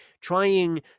trying